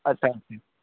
ଆଚ୍ଛା ଆଚ୍ଛା